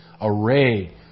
array